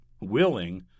willing